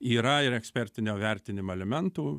yra ir ekspertinio vertinimo elementų